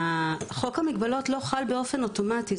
חוק המגבלות לא חל באופן אוטומטי.